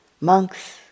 monks